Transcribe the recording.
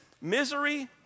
Misery